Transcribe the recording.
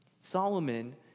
Solomon